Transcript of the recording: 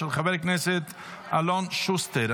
של חבר הכנסת אלון שוסטר.